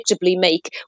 make